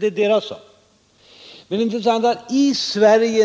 Det är emellertid intressant att